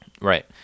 Right